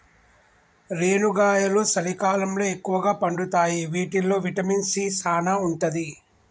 రేనుగాయలు సలికాలంలో ఎక్కుగా పండుతాయి వీటిల్లో విటమిన్ సీ సానా ఉంటది